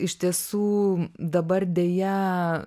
iš tiesų dabar deja